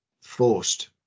forced